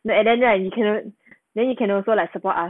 and then right you can you can also like support us